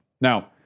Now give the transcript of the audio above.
Now